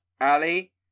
Ali